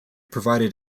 provided